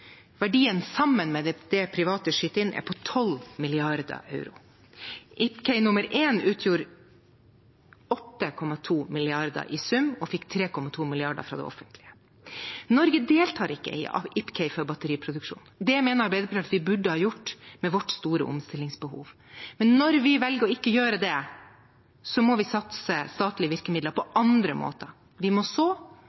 Verdien – sammen med det som private skyter inn – er på 12 mrd. euro. IPCEI nummer én utgjorde 8,2 mrd. i sum og fikk 3,2 mrd. fra det offentlige. Norge deltar ikke i IPCEI for batteriproduksjon. Det mener Arbeiderpartiet at vi burde ha gjort, med vårt store omstillingsbehov. Men når vi velger ikke å gjøre det, må vi satse statlige virkemidler på